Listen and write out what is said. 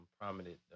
prominent